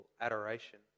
adoration